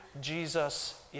Jesus